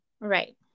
right